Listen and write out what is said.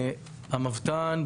המבת"ן,